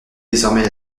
désormais